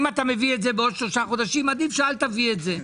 אם אתה מביא את זה בעוד שלושה חודשים עדיף שאל תביא את זה.